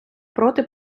проти